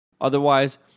Otherwise